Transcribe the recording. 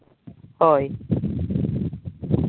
ᱦᱳᱭ